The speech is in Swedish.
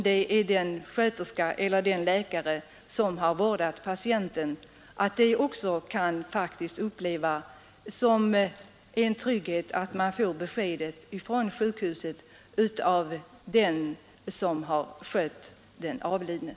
Det kan faktiskt upplevas som en trygghet att just den som ringer från sjukhuset är någon som också vårdat patienten — en läkare eller en sköterska.